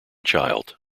child